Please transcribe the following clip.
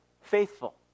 Faithful